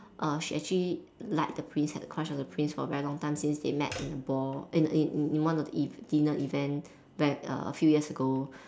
uh she actually liked the prince had a crush on the prince for a very long time since they met in a ball in in in in one of the ev~ dinner event back a few years ago